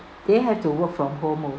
they have to work from home